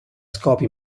scopi